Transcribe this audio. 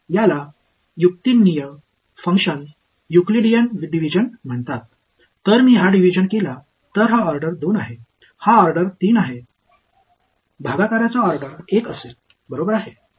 இது ரஷனல் ஃபங்ஷன்களின் யூக்ளிடியன் பிரிவு என்று அழைக்கப்படுகிறது நான் இந்த பிரிவைச் செய்தால் இது வரிசை 2 இது வரிசை 3 கோஸன்ட் வரிசை 1 ஆக இருக்கும்